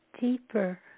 deeper